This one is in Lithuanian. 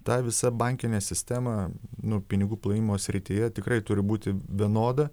ta visa bankinė sistema nuo pinigų plovimo srityje tikrai turi būti vienoda